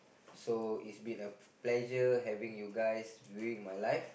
so is been a pleasure having you guys viewing my life